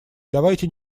давайте